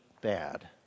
bad